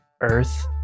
earth